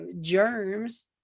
germs